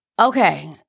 Okay